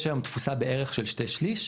יש היום בערך תפוסה של שתי שליש,